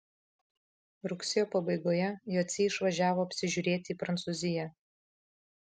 rugsėjo pabaigoje jociai išvažiavo apsižiūrėti į prancūziją